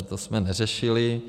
To jsme neřešili.